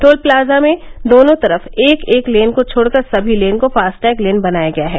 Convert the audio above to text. toll plaza में दोनों तरफ एक एक लेन को छोड़कर सभी लेन को फास्टैग लेन बनाया गया है